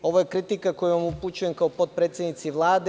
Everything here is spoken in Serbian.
Ovo je kritika koju vam upućujem kao potpredsednici Vlade.